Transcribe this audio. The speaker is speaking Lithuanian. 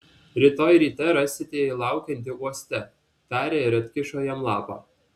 rytoj ryte rasite jį laukiantį uoste tarė ir atkišo jam lapą